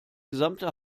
gesamte